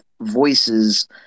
voices